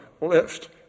lift